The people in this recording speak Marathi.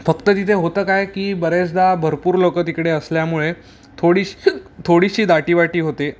फक्त तिथे होतं काय की बरेचदा भरपूर लोकं तिकडे असल्यामुळे थोडीशी थोडीशी दाटीवाटी होते